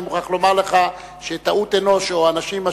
אני מוכרח לומר לך שטעות אנוש או אנשים,